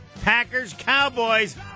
Packers-Cowboys